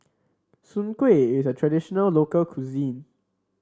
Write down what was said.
Soon Kway is a traditional local cuisine